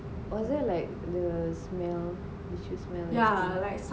was there like the smell issue smell already